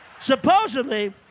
supposedly